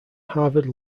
harvard